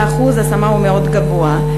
ואחוז ההשמה הוא מאוד גבוה.